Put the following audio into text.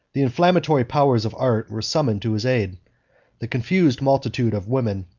the inflammatory powers of art were summoned to his aid the confused multitude of women,